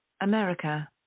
America